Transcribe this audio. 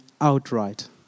outright